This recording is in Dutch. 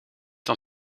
dan